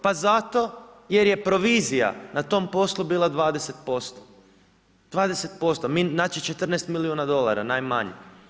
Pa zato jer je provizija na tom poslu bila 20%, znači 14 milijuna dolara najmanje.